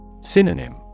Synonym